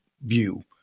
view